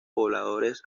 pobladores